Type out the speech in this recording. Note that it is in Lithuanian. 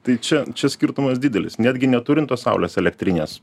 tai čia čia skirtumas didelis netgi neturint tos saulės elektrinės